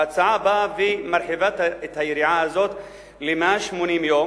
ההצעה באה ומרחיבה את היריעה הזאת ל-180 יום.